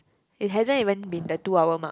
it hasn't even been the two hour mark